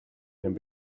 and